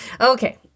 Okay